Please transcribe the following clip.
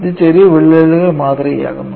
ഇത് ചെറിയ വിള്ളലുകൾ മാതൃകയാക്കുന്നു